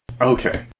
Okay